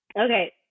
Okay